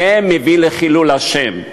זה מביא לחילול השם.